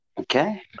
Okay